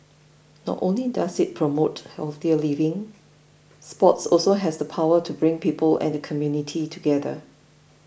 not only does it promote healthier living sports also has the power to bring people and the community together